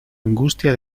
angustia